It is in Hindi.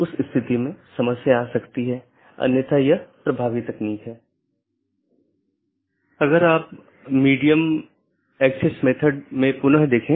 इसलिए इस पर प्रतिबंध हो सकता है कि प्रत्येक AS किस प्रकार का होना चाहिए जिसे आप ट्रैफ़िक को स्थानांतरित करने की अनुमति देते हैं